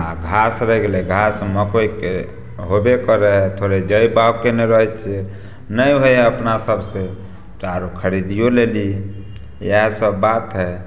आओर घास रहि गेलै घास हम मकइके होबे करै थोड़े जइ बाउग कएने रहै छी नहि होइए अपना सबसे तऽ आओर खरिदिओ लेली इएहसब बात हइ